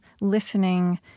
listening